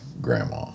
grandma